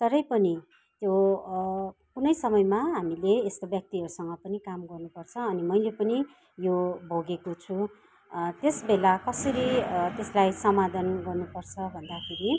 तरै पनि त्यो कुनै समयमा हामीले यस्तो व्यक्तिहरूसँग पनि काम गर्नुपर्छ अनि मैले पनि यो भोगेको छु त्यस बेला कसरी त्यसलाई समाधान गर्नुपर्छ भन्दाखेरि